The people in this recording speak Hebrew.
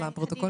בבקשה.